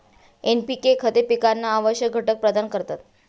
NPK खते पिकांना आवश्यक घटक प्रदान करतात